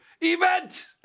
event